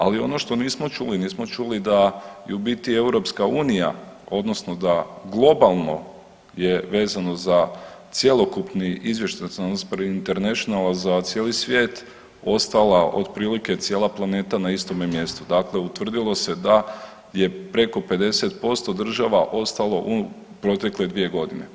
Ali ono što nismo čuli, nismo čuli da je u biti EU odnosno da globalno je vezano za cjelokupni izvještaj Transparency Internationala za cijeli svijet ostala otprilike cijela planeta na istome mjestu, dakle utvrdilo se da je preko 50% država ostalo u protekle dvije godine.